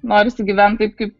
norisi gyvent taip kaip